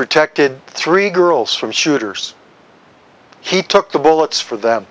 protected three girls from shooters he took the bullets for them